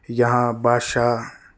یہاں بادشاہ